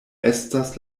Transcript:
estas